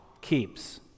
keeps